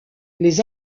les